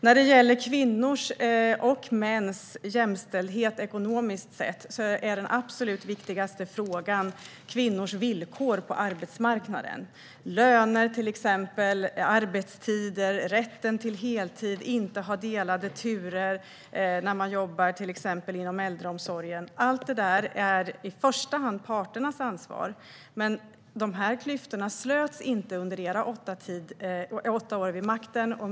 När det gäller kvinnors och mäns ekonomiska jämställdhet är den absolut viktigaste frågan kvinnors villkor på arbetsmarknaden. Det gäller exempelvis löner, arbetstider och rätten till heltid. Det kan handla om att inte ha delade turer när man jobbar till exempel inom äldreomsorgen. Allt detta är i första hand parternas ansvar. Men klyftorna slöts inte under era åtta år vid makten.